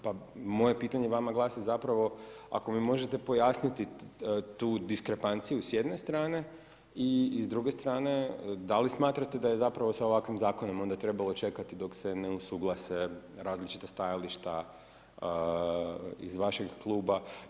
Pa moje pitanje vama glasi zapravo, ako mi možete pojasniti tu diskrepanciju s jedne strane i s druge strane da li smatrate da je sa ovakvim zakonom onda trebalo čekati dok se ne usuglase različita stajališta iz vašeg kluba?